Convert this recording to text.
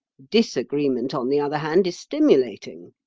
disagreement, on the other hand, is stimulating.